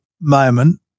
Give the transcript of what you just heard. moment